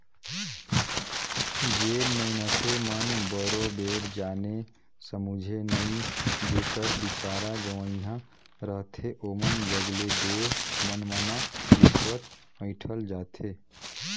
जेन मइनसे मन बरोबेर जाने समुझे नई जेकर बिचारा गंवइहां रहथे ओमन जग ले दो मनमना रिस्वत अंइठल जाथे